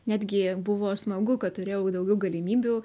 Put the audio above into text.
netgi buvo smagu kad turėjau daugiau galimybių